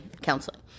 counseling